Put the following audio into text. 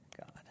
God